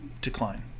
decline